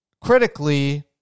critically